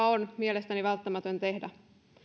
on mielestäni välttämätön tehdä